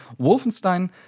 Wolfenstein